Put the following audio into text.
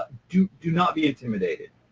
um do do not be intimidated.